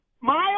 Miles